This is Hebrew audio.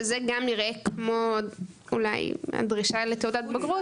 שזה גם נראה כמו אולי דרישה לתעודת בגרות.